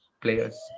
players